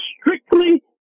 strictly